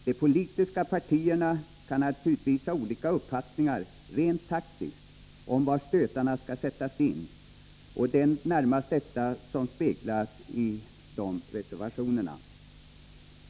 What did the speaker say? De politiska partierna kan naturligtvis ha olika uppfattningar rent taktiskt om var stötarna skall sättas in, och det är närmast detta som speglas i dessa reservationer.